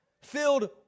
Filled